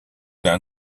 d’un